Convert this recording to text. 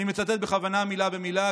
אני מצטט בכוונה מילה במילה,